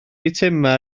eitemau